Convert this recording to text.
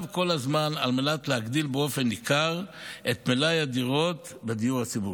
כל הזמן על מנת להגדיל באופן ניכר את מלאי הדירות בדיור הציבורי.